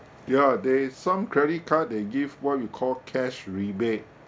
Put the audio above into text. ya there is some credit card they give what you call cash rebate